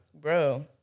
Bro